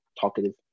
talkative